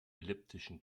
elliptischen